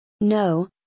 No